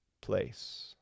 place